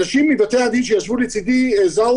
אנשים מבלי הדין שישבו לצידי זזו